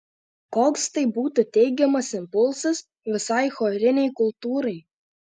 koks tai būtų teigiamas impulsas visai chorinei kultūrai